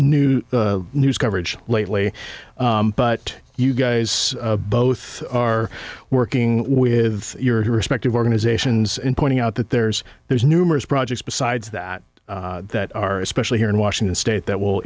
w news coverage lately but you guys both are working with your respective organizations and pointing out that there's there's numerous projects besides that that are especially here in washington state that will